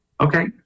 Okay